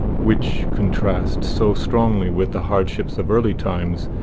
which contrast so strongly with the hardships of early times,